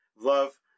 love